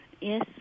yes